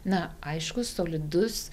na aiškus solidus